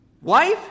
Wife